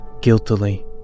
guiltily